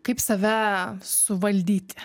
kaip save suvaldyti